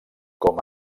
com